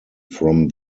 from